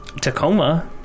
Tacoma